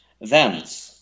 thence